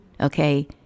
Okay